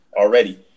already